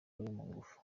ngufu